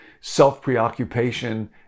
self-preoccupation